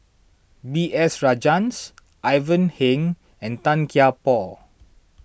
B S Rajhans Ivan Heng and Tan Kian Por